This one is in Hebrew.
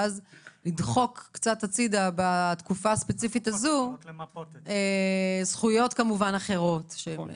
ואז לדחוק קצת הצידה בתקופה הספציפית הזאת זכויות אחרות כמובן.